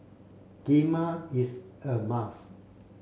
Kheema is a must